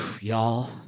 Y'all